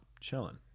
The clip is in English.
chilling